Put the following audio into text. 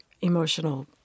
emotional